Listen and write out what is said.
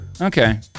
Okay